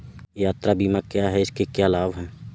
यात्रा बीमा क्या है इसके क्या लाभ हैं?